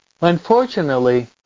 unfortunately